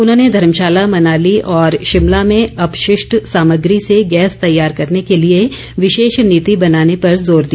उन्होंने धर्मशाला मनाली और शिमला में अपशिष्ट सामग्री से गैस तैयार करने को लिए विशेष नीति बनाने पर जोर दिया